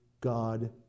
God